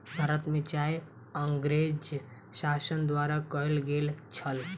भारत में चाय अँगरेज़ शासन द्वारा कयल गेल छल